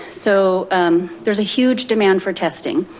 so there's a huge demand for testing.